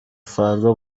فردا